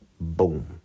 boom